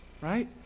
right